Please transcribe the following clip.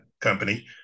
company